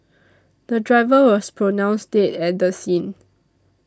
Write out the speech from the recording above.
the driver was pronounced dead at the scene